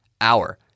hour